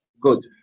good